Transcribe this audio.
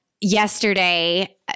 yesterday